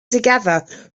together